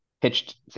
pitched